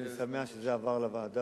אני שמח שזה עבר לוועדה,